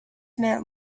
meant